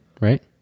right